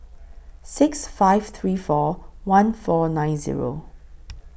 six five three four one four nine Zero